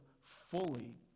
fully